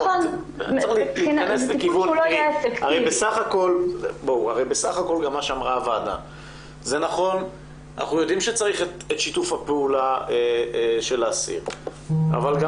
בסך הכול אנחנו יודעים שצריך את שיתוף הפעולה של האסיר אבל גם